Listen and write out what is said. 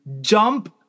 Jump